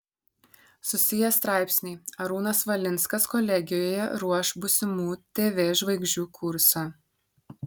susiję straipsniai arūnas valinskas kolegijoje ruoš būsimų tv žvaigždžių kursą